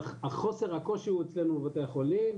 אבל חוסר הקושי הוא אצלנו בבתי החולים.